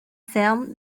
ferme